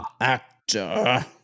actor